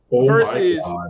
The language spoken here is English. versus